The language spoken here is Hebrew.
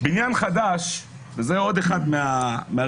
בניין חדש וזה עוד אחד מהדברים של